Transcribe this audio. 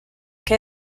que